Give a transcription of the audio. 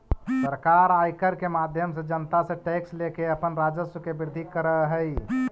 सरकार आयकर के माध्यम से जनता से टैक्स लेके अपन राजस्व के वृद्धि करऽ हई